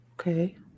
okay